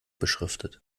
beschriftet